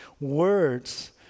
words